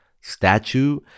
statue